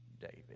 david